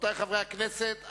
רבותי חברי הכנסת,